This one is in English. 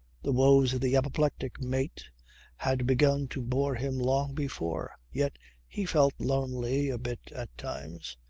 the woes of the apoplectic mate had begun to bore him long before. yet he felt lonely a bit at times.